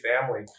family